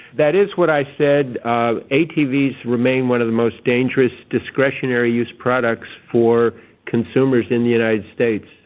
that is what i said. atvs remain one of the most dangerous discretionary use products for consumers in the united states.